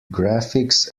graphics